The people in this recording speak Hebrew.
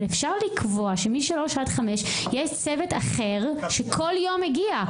אבל אפשר לקבוע ש-15:00 עד 17:00 יש צוות אחר שכל יום מגיע.